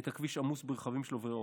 עת הכביש עמוס ברכבים של עוברי אורח.